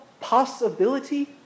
possibility